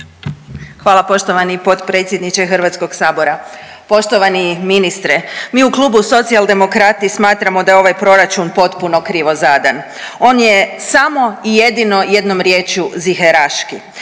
Hvala poštovani potpredsjedniče HS-a. Poštovani ministre. Mi u klubu Socijaldemokrati smatramo da je ovaj proračun potpuno krivo zadan. On je samo i jedino jednom riječju ziheraški.